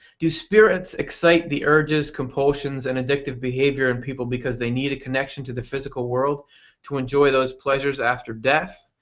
do spirits excite the urges, compulsions and addictive behaviors in people because they need a connection to the physical world to enjoy those pleasures after death?